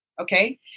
Okay